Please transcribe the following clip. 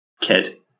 kid